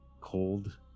cold